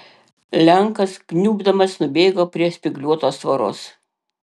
lenkas kniubdamas nubėgo prie spygliuotos tvoros